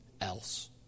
else